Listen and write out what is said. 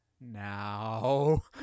now